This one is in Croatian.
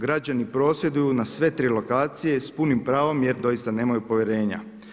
Građani prosvjeduju na sve tri lokacije s punim pravom jer doista nemaju povjerenja.